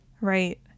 Right